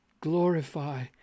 Glorify